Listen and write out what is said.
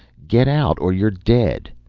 get out or you're dead.